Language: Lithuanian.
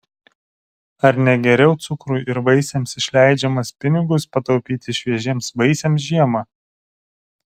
ar ne geriau cukrui ir vaisiams išleidžiamas pinigus pataupyti šviežiems vaisiams žiemą